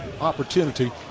opportunity